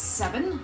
seven